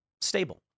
stable